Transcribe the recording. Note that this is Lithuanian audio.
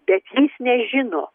bet jis nežino